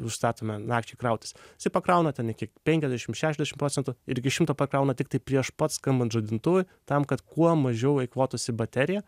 užstatome nakčiai krautis jisai pakrauna ten iki penkiasdešimt šešiasdešimt procentų ir iki šimto pakrauna tiktai prieš pat skambant žadintuvui tam kad kuo mažiau eikvotųsi baterija